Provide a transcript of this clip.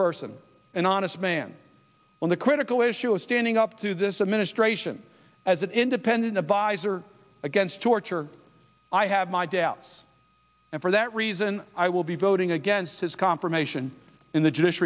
person an honest man on the critical issue is standing up to this administration as an independent advisor against torture i have my doubts and for that reason i will be voting against his confirmation in the j